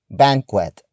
banquet